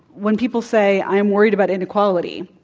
when people say, i am worried about inequality,